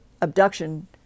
abduction